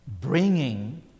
Bringing